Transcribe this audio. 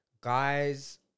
guys